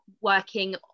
working